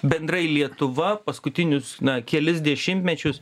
bendrai lietuva paskutinius kelis dešimtmečius